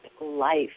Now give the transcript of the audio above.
life